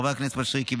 חבר הכנסת מישרקי,